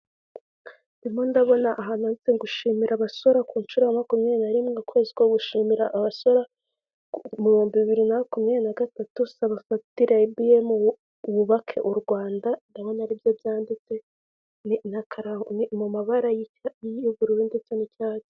Ndimo ndabona ahantuje gushimira abasorera ku nshuro makumyabiri nari rimwe ukwezi ko gushimira abasore ibihumbi bibiri na makumyabiri na gatatu, saba fagitire ya ibiyemu wubake u Rwanda, ndabona aribyo byanditse mu mabara y'ubururu ndetse n'icyatsi.